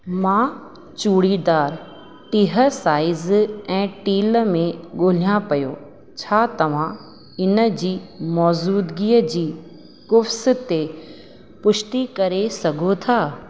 मां चूड़ीदार टीह साइज ऐं टील में ॻोल्हियां पियो छा तव्हां इन जी मौजूदिगी जी कूव्स ते पुष्टि करे सघो था